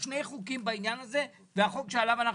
שני חוקים בעניין הזה והחוק שעליו אנחנו